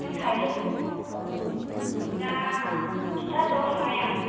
नों साइखेलखौल' औ दा थिनथासोआव थांनाय आं